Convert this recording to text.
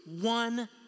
one